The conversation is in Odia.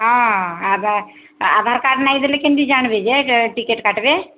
ହଁ ଆ ଆଧାର କାର୍ଡ଼ ନାଇଁଦେଲେ କେମିତି ଜାଣବେ ଯେ ଟିକେଟ୍ କାଟିବେ